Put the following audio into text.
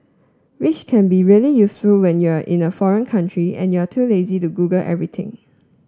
which can be really useful when you're in a foreign country and you're too lazy to Google everything